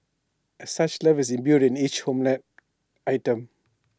as such love is imbued in each homemade item